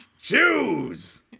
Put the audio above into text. Choose